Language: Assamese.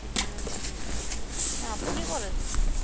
এতিয়ালৈকে গম নাপাইছোঁ আপুনি ক'ত আছে